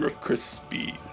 crispy